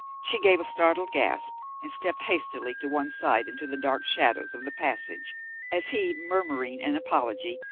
she gave a startled gasp and stepped hastily to one side into the dark shadows of the passage as he, muttering an apology,